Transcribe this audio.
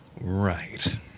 Right